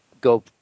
go